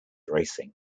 racing